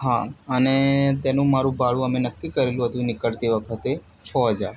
હા અને તેનું મારું ભાડું અમે નક્કી કરેલું હતું નીકળતી વખતે છ હજાર